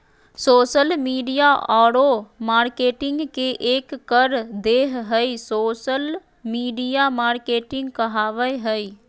social media औरो marketing के एक कर देह हइ सोशल मिडिया मार्केटिंग कहाबय हइ